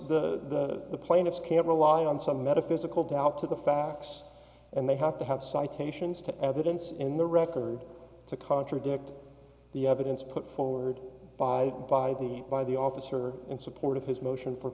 the plaintiffs can't rely on some metaphysical doubt to the facts and they have to have citations to evidence in the record to contradict the evidence put forward by by the by the officer in support of his motion for